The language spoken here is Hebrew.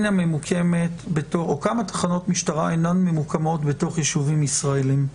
או כמה תחנות משטרה אינם ממוקמות בישובים ישראלים?